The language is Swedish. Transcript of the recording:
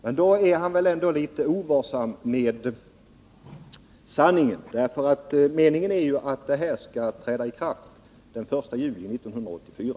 Men då är han väl ändå litet ovarsam med sanningen, därför att meningen är ju att det här skall träda i kraft den 1 juli 1984.